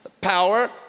Power